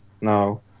No